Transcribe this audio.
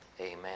Amen